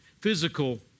physical